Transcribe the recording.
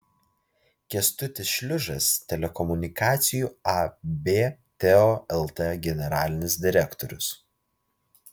kęstutis šliužas telekomunikacijų ab teo lt generalinis direktorius